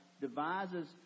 devises